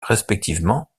respectivement